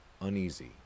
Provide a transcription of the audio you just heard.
uneasy